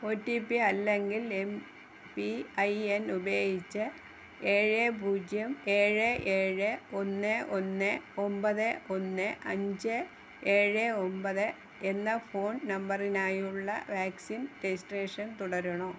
ഓ T P അല്ലെങ്കിൽ M P I N ഉപയോഗിച്ച് ഏഴ് പൂജ്യം ഏഴ് ഏഴ് ഒന്ന് ഒന്ന് ഒമ്പത് ഒന്ന് അഞ്ച് ഏഴ് ഒമ്പത് എന്ന ഫോൺ നമ്പറിനായുള്ള വാക്സിൻ രജിസ്ട്രേഷൻ തുടരണോ